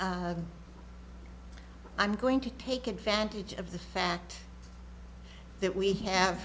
t i'm going to take advantage of the fact that we have